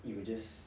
you will just